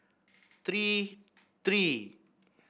three three